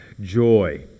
joy